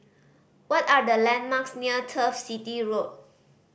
what are the landmarks near Turf City Road